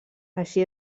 així